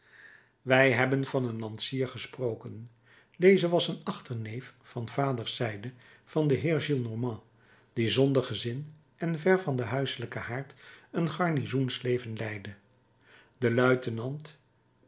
wij hebben van een lansier gesproken deze was een achterneef van vaders zijde van den heer gillenormand die zonder gezin en ver van den huiselijken haard een garnizoensleven leidde de luitenant